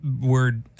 word